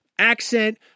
Accent